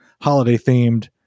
holiday-themed